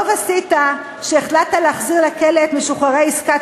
טוב עשית כשהחלטת להחזיר לכלא את משוחררי עסקת